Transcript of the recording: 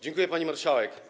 Dziękuję, pani marszałek.